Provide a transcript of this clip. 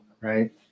Right